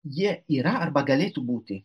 jie yra arba galėtų būti